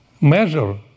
measure